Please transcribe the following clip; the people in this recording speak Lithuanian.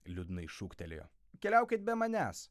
liūdnai šūktelėjo keliaukit be manęs